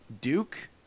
Duke